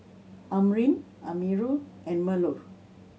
Amrin Amirul and Melur